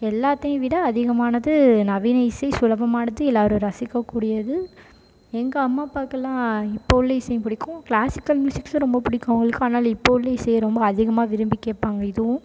எல்லாத்தையும் விட அதிகமானது நவீன இசை சுலபமானது எல்லோரும் ரசிக்கக் கூடியது எங்கள் அம்மா அப்பாவுக்கெல்லாம் இப்போ உள்ள இசையும் பிடிக்கும் க்ளாசிக்கல் மியூசிக்கும் ரொம்ப பிடிக்கும் அவங்களுக்கு ஆனாலும் இப்போ உள்ள இசையை ரொம்ப அதிகமாக விரும்பிக் கேட்பாங்க இதுவும்